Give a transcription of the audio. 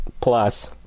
plus